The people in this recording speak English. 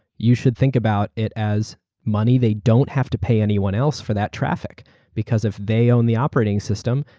you should think about it as money they don't have to pay anyone else for that traffic because if they own the operating system,